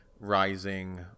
rising